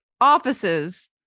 offices